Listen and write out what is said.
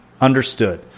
understood